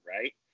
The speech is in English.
Right